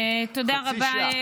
חצי שעה,